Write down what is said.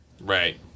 Right